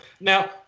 Now